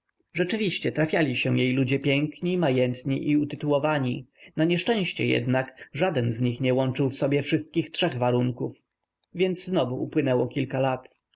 rzeczywiście trafiali się jej ludzie piękni majętni i utytułowani na nieszczęście jednak żaden nie łączył w sobie wszystkich trzech warunków więc znowu upłynęło kilka lat